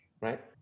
right